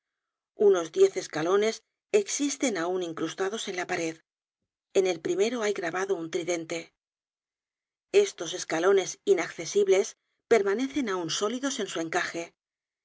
unos diez escalones existen aun incrustados en la pared en el primero hay grabado un tridente estos escalones inaccesibles permanecen aun sólidos en su encaje